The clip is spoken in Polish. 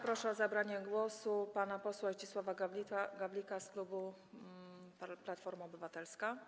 Proszę o zabranie głosu pana posła Zdzisława Gawlika z klubu Platforma Obywatelska.